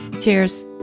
Cheers